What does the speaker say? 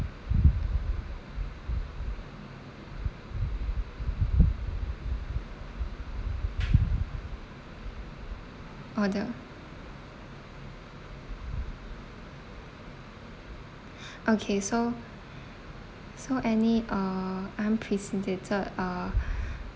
oh the okay so so any uh unprecedented uh